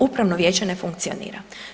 Upravno vijeće ne funkcionira.